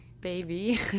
baby